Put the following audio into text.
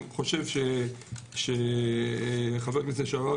היה סימן שאלה.